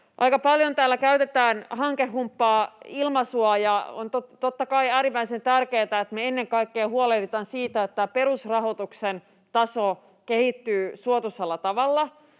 Aika paljon täällä käytetään hankehumppa-ilmaisua, ja on totta kai äärimmäisen tärkeätä, että me ennen kaikkea huolehditaan siitä, että perusrahoituksen taso kehittyy suotuisalla tavalla,